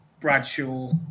Bradshaw